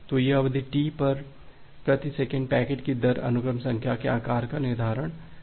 तो यह अवधि टी और प्रति सेकंड पैकेट की दर अनुक्रम संख्या के आकार का निर्धारण करती है